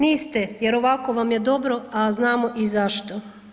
Niste, jer ovako vam je dobro, a znamo i zašto.